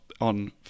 on